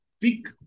big